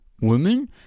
women